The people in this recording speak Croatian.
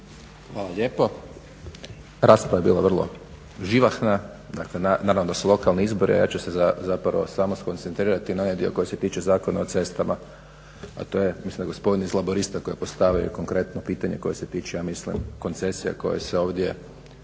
Hvala lijepo. Rasprava je bila vrlo živahna, dakle naravno da su lokalni izbori, a ja ću se zapravo samo skoncentrirati na ovaj dio koji se tiče Zakona o cestama, a to je mislim da je gospodin iz laburista koji je postavio konkretno pitanje koje se tiče ja mislim koncesija koje se ovdje